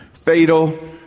Fatal